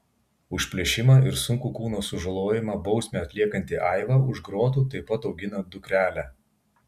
už plėšimą ir sunkų kūno sužalojimą bausmę atliekanti aiva už grotų taip pat augina dukrelę